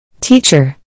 Teacher